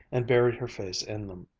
and buried her face in them.